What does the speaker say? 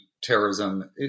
terrorism